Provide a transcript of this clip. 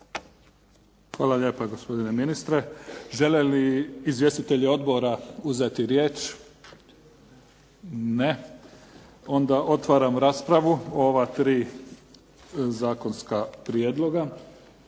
Hvala lijepa gospodine ministre. Žele li izvjestitelji odbora uzeti riječ? Ne. Onda otvaram raspravu o ova tri zakonska prijedloga.